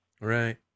Right